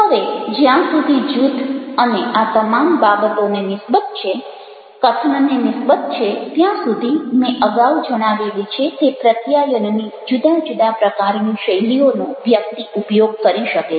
હવે જ્યાં સુધી જૂથ અને આ તમામ બાબતોને નિસબત છે કથનને નિસબત છે ત્યાં સુધી મેં અગાઉ જણાવેલી છે તે પ્રત્યાયનની જુદા જુદા પ્રકારની શૈલીઓનો વ્યક્તિ ઉપયોગ કરી શકે છે